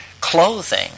clothing